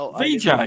VJ